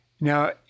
Now